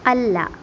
അല്ല